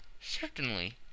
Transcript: Certainly